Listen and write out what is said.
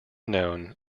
known